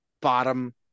bottom